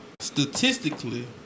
statistically